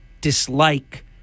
dislike